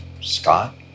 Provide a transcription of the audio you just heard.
Scott